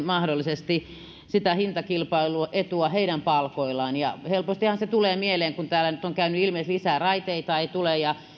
mahdollisesti sitä hintakilpailuetua heidän palkoillaan helpostihan se tulee mieleen kun täällä nyt on käynyt ilmi että lisää raiteita ei tule ja